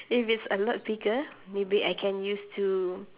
if it's a lot bigger maybe I can use to